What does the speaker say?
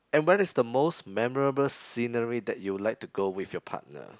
and where is the memorable scenery that you would like to go with your partner